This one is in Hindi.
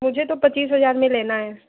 मुझे तो पचीस हजार में लेना है